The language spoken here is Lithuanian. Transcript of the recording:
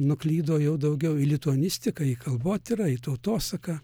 nuklydo jau daugiau į lituanistiką į kalbotyrą į tautosaką